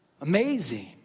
Amazing